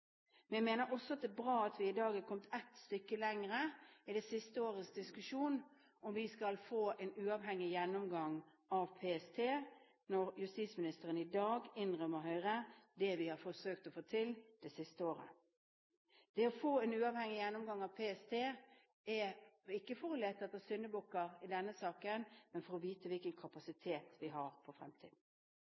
mener også det er bra at vi i dag er kommet ett skritt lenger i det siste årets diskusjon om vi skal få en uavhengig gjennomgang av PST, når justisministeren i dag innrømmer Høyre det vi har forsøkt å få til det siste året: å få en uavhengig gjennomgang av PST – ikke for å lete etter syndebukker i denne saken, men for å vite hvilken kapasitet vi har for fremtiden.